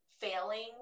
failing